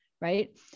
Right